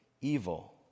evil